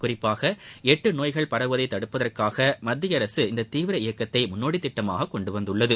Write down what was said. குறிப்பாக எட்டு நோய்கள் பரவுவதை தடுப்பதற்காக மத்திய அரசு இந்தத் தீவிர இயக்கத்தை முன்னோடித் திட்டமாக கொண்டுவந்துள்ளது